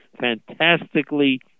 fantastically